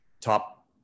top